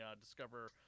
discover